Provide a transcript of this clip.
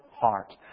heart